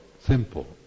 simple